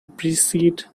precede